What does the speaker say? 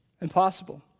Impossible